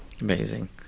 Amazing